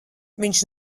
viņš